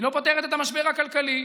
היא לא פותרת את המשבר הכלכלי,